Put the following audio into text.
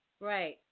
Right